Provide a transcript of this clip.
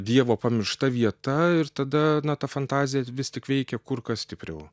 dievo pamiršta vieta ir tada na ta fantazija vis tik veikia kur kas stipriau